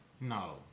no